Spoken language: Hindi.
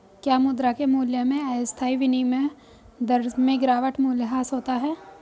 क्या मुद्रा के मूल्य में अस्थायी विनिमय दर में गिरावट मूल्यह्रास होता है?